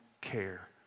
care